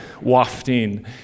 wafting